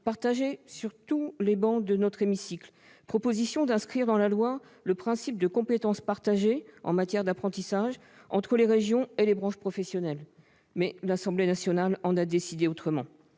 soutenue sur toutes les travées de notre hémicycle, d'inscrire dans la loi le principe de compétence partagée en matière d'apprentissage entre les régions et les branches professionnelles. L'Assemblée nationale en a néanmoins décidé autrement.